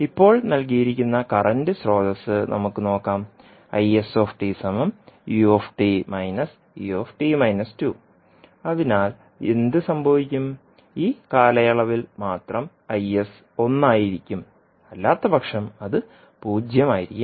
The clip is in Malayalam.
ഇപ്പോൾ നൽകിയിരിക്കുന്ന കറൻറ് സ്രോതസ്സ് നമുക്ക് നോക്കാം അതിനാൽ എന്ത് സംഭവിക്കും ഈ കാലയളവിൽ മാത്രം Is ഒന്നായിരിക്കും അല്ലാത്തപക്ഷം അത് പൂജ്യമായിരിക്കും